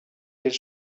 his